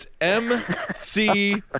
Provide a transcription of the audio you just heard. M-C